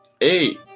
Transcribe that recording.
Eight